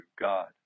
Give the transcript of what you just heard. God